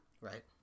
Right